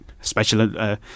special